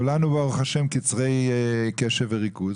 כולנו ברוך ה' קצרי קשב וריכוז,